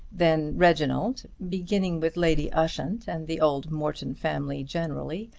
then reginald, beginning with lady ushant and the old morton family generally,